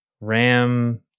Ram